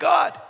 God